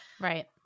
right